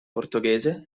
portoghese